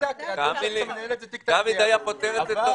תיקתק היית פותר את זה.